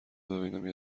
ببینم، یه